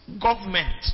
Government